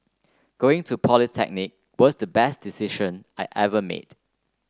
going to polytechnic was the best decision I ever made